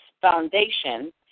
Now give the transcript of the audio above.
foundation